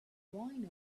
rhino